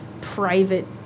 private